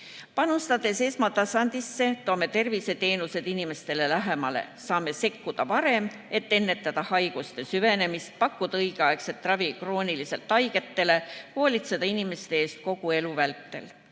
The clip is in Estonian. Panustades esmatasandisse, toome terviseteenused inimestele lähemale. Saame sekkuda varem, et ennetada haiguste süvenemist, pakkuda õigeaegset ravi krooniliselt haigetele, hoolitseda inimeste eest kogu nende elu vältel.